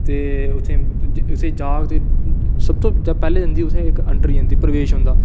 ते उत्थै जागत ते सब तों पैह्लें जंदे उत्थै इक ऐंटरी आंदी प्रवेश औंदा ते उत्थै जाह्ग ते